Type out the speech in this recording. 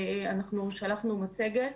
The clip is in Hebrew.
שלחנו מצגת,